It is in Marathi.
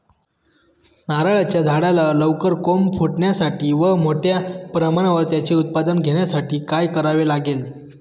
नारळाच्या झाडाला लवकर कोंब फुटण्यासाठी व मोठ्या प्रमाणावर त्याचे उत्पादन घेण्यासाठी काय करावे लागेल?